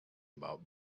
about